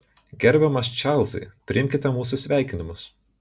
gerbiamas čarlzai priimkite mūsų sveikinimus